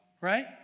Right